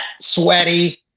sweaty